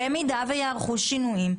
במידה וייערכו שינויים,